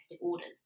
orders